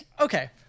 Okay